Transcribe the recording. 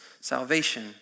salvation